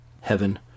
Heaven